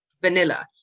vanilla